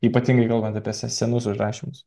ypatingai kalbant apie se senus užrašymus